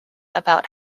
about